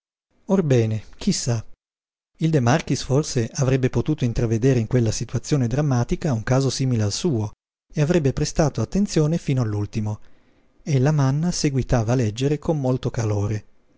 chi sa il de marchis forse avrebbe potuto intravedere in quella situazione drammatica un caso simile al suo e avrebbe prestato attenzione fino all'ultimo e il lamanna seguitava a leggere con molto calore